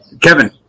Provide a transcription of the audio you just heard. Kevin